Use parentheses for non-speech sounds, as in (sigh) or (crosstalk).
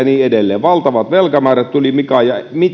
(unintelligible) niin edelleen valtavat velkamäärät tulivat mukaan